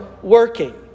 Working